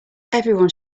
everyone